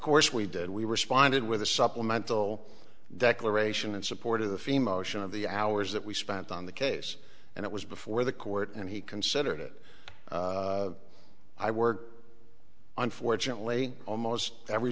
course we did we responded with a supplemental declaration in support of the female version of the hours that we spent on the case and it was before the court and he considered it i were unfortunately almost every